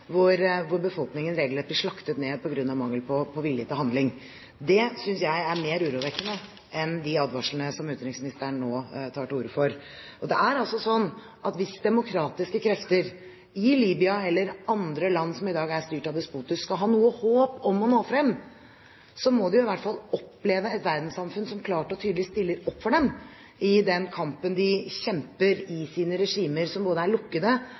hvor befolkningen regelrett ble slaktet ned på grunn av mangel på vilje til handling. Det synes jeg er mer urovekkende enn de advarslene som utenriksministeren nå tar til orde for. Det er altså slik at hvis demokratiske krefter i Libya eller andre land som i dag er styrt av despoter, skal ha noe håp om å nå frem, må de jo i hvert fall oppleve et verdenssamfunn som klart og tydelig stiller opp for dem i den kampen de kjemper mot sine regimer, som både er lukkede